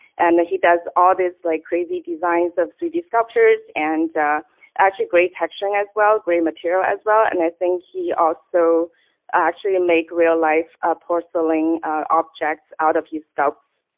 and he does all these like crazy designs of three d sculptures and actually great texturing as well green material as well. and i think he also actually make real life porcelain objects out of his sculpts.